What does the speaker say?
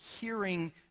hearing